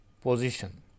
position